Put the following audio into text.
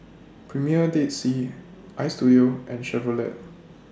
Premier Dead Sea Istudio and Chevrolet